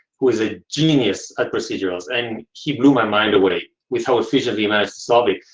who is a genius at procedurals. and he blew my mind away with how efficient he managed to solve it,